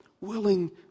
willing